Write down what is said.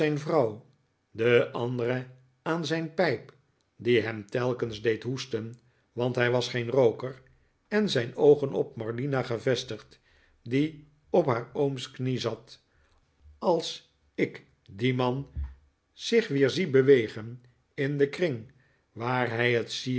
de andere aan zijn pijp die hem telkens deed hoesten want hij was geen rooker en zijn oogen op morlina gevestigd die op haar ooms knie zat als ik dien man zich weer zie bewegen in den kring waar hij het